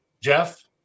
Jeff